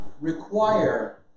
require